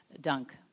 dunk